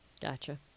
Gotcha